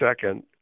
second